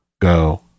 go